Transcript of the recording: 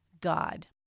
God